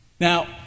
Now